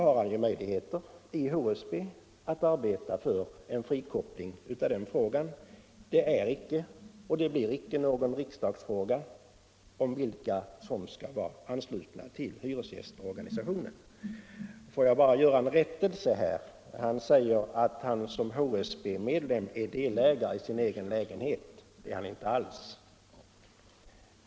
Han har ju möjligheter att i HSB arbeta för en frikoppling. Vilka som skall vara anslutna till hyresgästorganisationen är icke och blir icke någon riksdagsfråga. Får jag sedan bara göra en rättelse. Herr Danell säger att han som HSB-medlem är delägare i sin egen lägenhet. Det är han inte alls.